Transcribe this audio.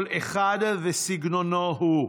כל אחד וסגנונו הוא.